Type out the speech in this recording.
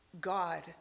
God